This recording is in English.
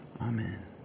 Amen